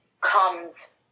comes